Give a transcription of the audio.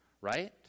Right